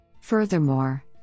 Furthermore